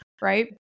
right